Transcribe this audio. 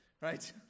Right